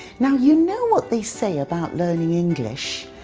now you know what they say about learning english.